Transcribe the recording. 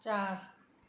चारि